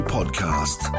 Podcast